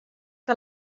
que